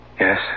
Yes